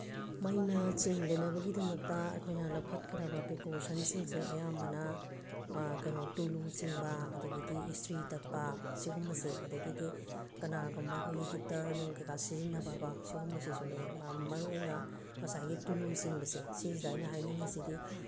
ꯃꯩꯅ ꯆꯤꯡꯗꯅꯕꯒꯤꯗꯃꯛꯇ ꯑꯩꯈꯣꯏꯅ ꯂꯧꯈꯠꯀꯗꯕ ꯄ꯭ꯔꯤꯀꯣꯁꯟꯁꯤꯡꯁꯦ ꯑꯌꯥꯝꯕꯅ ꯀꯩꯅꯣ ꯇꯨꯂꯨ ꯆꯤꯡꯕ ꯑꯗꯒꯤꯗꯤ ꯏꯁꯇ꯭ꯔꯤ ꯇꯛꯄ ꯁꯤꯒꯨꯝꯕꯁꯦ ꯑꯗꯒꯤꯗꯤ ꯀꯅꯥꯒꯨꯝꯕ ꯑꯩꯈꯣꯏꯒꯤ ꯍꯤꯇꯔ ꯅꯨꯡ ꯀꯩꯀꯥ ꯁꯤꯖꯤꯟꯅꯕ ꯀꯣ ꯁꯤꯒꯨꯝꯕꯁꯤꯁꯨꯅꯤ ꯃꯔꯨ ꯑꯣꯏꯅ ꯉꯁꯥꯏꯒꯤ ꯇꯨꯂꯨ ꯆꯤꯡꯕꯁꯦ ꯁꯤꯁꯤꯗ ꯑꯩꯅ ꯍꯥꯏꯅꯤꯡꯉꯤꯁꯤꯗꯤ